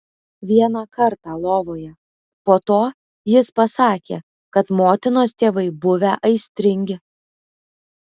vieną kartą lovoje po to jis pasakė kad motinos tėvai buvę aistringi